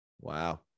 Wow